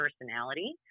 personality